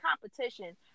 competition